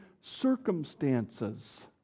circumstances